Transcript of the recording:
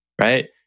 Right